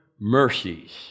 mercies